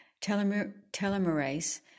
Telomerase